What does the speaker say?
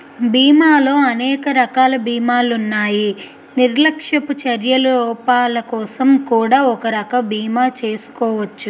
బీమాలో అనేక రకాల బీమాలున్నాయి నిర్లక్ష్యపు చర్యల లోపాలకోసం కూడా ఒక రకం బీమా చేసుకోచ్చు